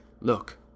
Look